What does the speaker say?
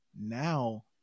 Now